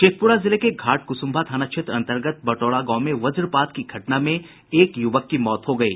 शेखपुरा जिले के घाटकुसुम्भा थाना क्षेत्र अन्तर्गत बटौरा गांव में वजपात की घटना में एक युवक की मौत हो गयी